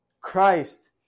Christ